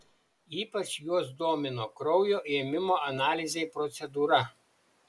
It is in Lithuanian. ypač juos domino kraujo ėmimo analizei procedūra